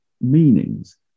meanings